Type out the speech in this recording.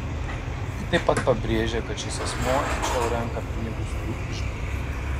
ji taip pat pabrėžė kad šis asmuo iki šiol renka pinigus jų iždui